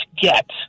get